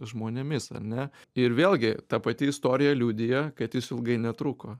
žmonėmis ar ne ir vėlgi ta pati istorija liudija kad jis ilgai netruko